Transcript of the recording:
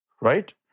Right